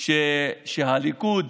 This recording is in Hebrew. הליכוד